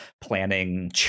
planning